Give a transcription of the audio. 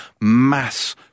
mass